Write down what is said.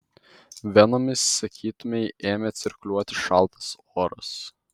venomis sakytumei ėmė cirkuliuoti šaltas oras